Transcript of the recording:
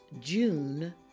June